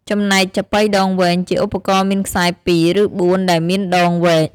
ចំណែកចាប៉ីដងវែង ជាឧបករណ៍មានខ្សែពីរ ឬបួន ដែលមានដងវែង។